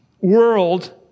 world